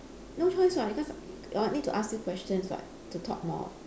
no choice [what] because I need to ask your questions [what] to talk more